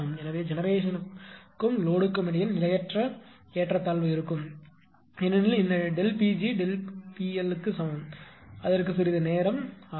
எனவே ஜெனெரேஷன் க்கும் லோடுக்கும் இடையில் நிலையற்ற ஏற்றத்தாழ்வு இருக்கும் ஏனெனில் இந்த Pg Pl க்கு சமம் அதற்கு சிறிது நேரம் ஆகும்